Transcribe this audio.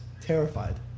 terrified